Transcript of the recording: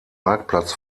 marktplatz